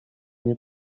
nie